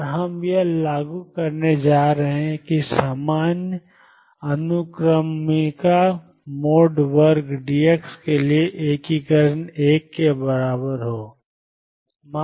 और हम यह लागू करने जा रहे हैं कि समान अनुक्रमणिका मोड वर्ग dx के लिए एकीकरण 1 के बराबर हो